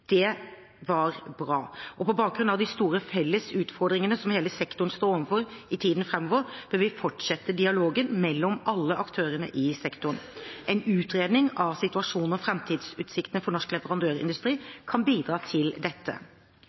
Det var bra. På bakgrunn av de store felles utfordringene som hele sektoren står overfor i tiden framover, bør vi fortsette dialogen mellom alle aktører i sektoren. En utredning av situasjonen og framtidsutsiktene for norsk leverandørindustri kan bidra til dette.